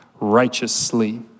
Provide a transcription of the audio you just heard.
righteously